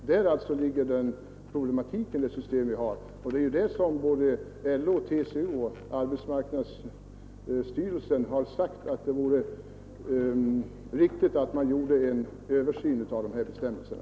Där ligger alltså problematiken i det system vi har, och det är därför som bl.a. LO, TCO och arbetsmarknadsstyrelsen har sagt att det vore riktigt att göra en översyn av de här bestämmelserna.